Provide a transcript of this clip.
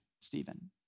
Stephen